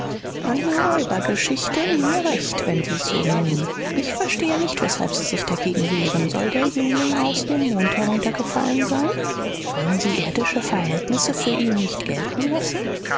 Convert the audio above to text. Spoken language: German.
eine räubergeschichte mir recht wenn sie es so nennen ich verstehe nicht weshalb sie sich dagegen wehren soll der jüngling aus dem mond heruntergefallen sein wollen sie irdische verhältnisse für ihn nicht gelten lassen